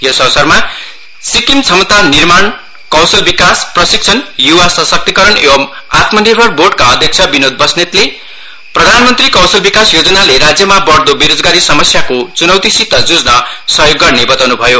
यस अवसरमा सिक्किम क्षमता निर्माणकौशल विकास प्रशिक्षण युवा सशक्तिकरण एवं आत्मनिर्भर बोर्डका अध्यक्ष बिनोद बस्नेतले प्रधानमन्त्री कौशल विकास योजनाले राज्यमा बढ़दो बेरोजगारी समस्याको चुनौतिसित जुझ्न सहयोग गर्ने बताउनुभयो